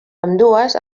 ambdues